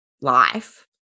life